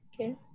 Okay